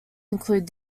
include